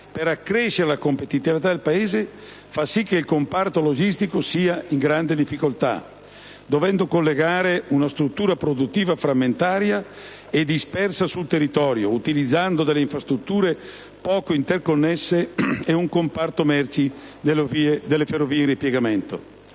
per accrescere la competitività del Paese fa sì che il comparto logistico sia in grande difficoltà, dovendo collegare una struttura produttiva frammentaria e dispersa sul territorio, utilizzando delle infrastrutture poco interconnesse e un comparto merci delle ferrovie in ripiegamento.